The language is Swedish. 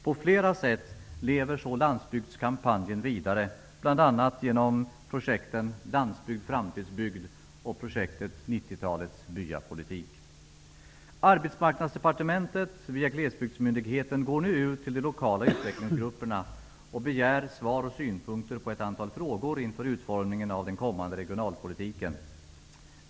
På flera sätt lever landsbygdskampanjen vidare, bl.a. genom projekten ''Landsbygd-Framtidsbygd'' och ''90 Arbetsmarknadsdepartementet går nu via Glesbygdsmyndigheten ut till de lokala utvecklingsgrupperna och begär svar och synpunkter på ett antal frågor inför utformningen av den kommande regionalpolitiken.